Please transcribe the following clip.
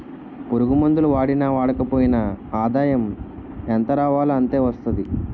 పురుగుమందులు వాడినా వాడకపోయినా ఆదాయం ఎంతరావాలో అంతే వస్తాది